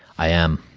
i am.